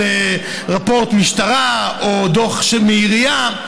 רפורט מהמשטרה או דוח מהעירייה,